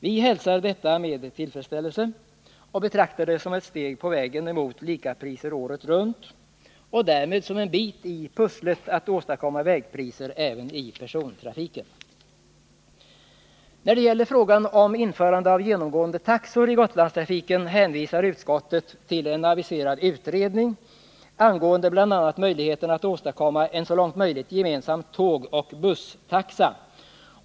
Vi hälsar detta med tillfredsställelse och betraktar det som ett steg på vägen mot likapriser året runt och därmed som en bit i pusslet att åstadkomma vägpriser även i persontrafiken. När det gäller frågan om införande av genomgående taxor i Gotlandstrafiken hänvisar utskottet till en aviserad utredning angående bl.a. möjligheterna att åstadkomma en så långt möjligt gemensam tågoch busstaxa.